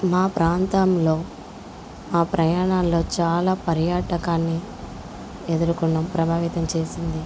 మా ప్రాంతంల్లో మా ప్రయాణాల్లో చాలా పర్యాటకాన్ని ఎదురుకున్నాం ప్రభావితం చేసింది